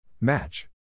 Match